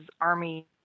army